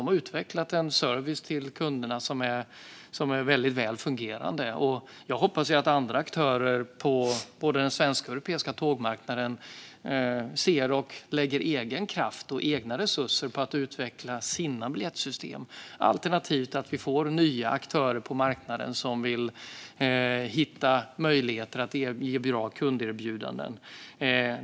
SJ har utvecklat en service till kunderna som är väldigt väl fungerande. Jag hoppas att andra aktörer på både den svenska och den europeiska tågmarknaden ser detta och lägger egen kraft och egna resurser på att utveckla sina biljettsystem, alternativt att vi får nya aktörer på marknaden som vill hitta möjligheter att ge bra kunderbjudanden.